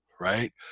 right